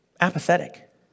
apathetic